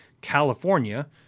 California